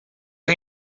har